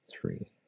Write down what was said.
three